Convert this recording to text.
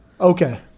Okay